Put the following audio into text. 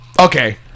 Okay